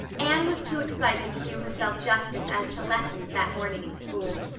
anne was too excited to do herself justice as to lessons that morning in school.